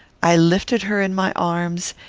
i lifted her in my arms,